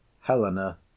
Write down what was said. Helena